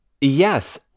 Yes